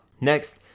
Next